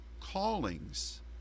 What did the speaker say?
callings